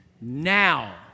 now